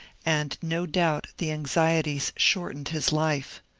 and no doubt the anxieties shortened his life.